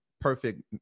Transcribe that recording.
perfect